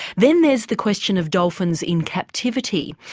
then there's the question of dolphins in captivity,